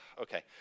Okay